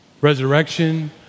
resurrection